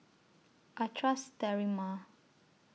I Trust Sterimar